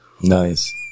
nice